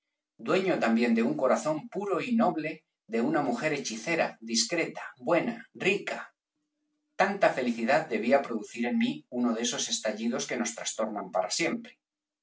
dueño también de un corazón puro y noble de una mujer hechicera discreta buena rica tanta felicidad debía producir en mí uno de esos estallidos que nos trastornan para siempre